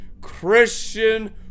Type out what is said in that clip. Christian